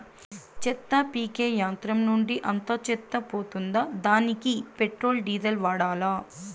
చెత్త పీకే యంత్రం నుండి అంతా చెత్త పోతుందా? దానికీ పెట్రోల్, డీజిల్ వాడాలా?